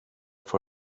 for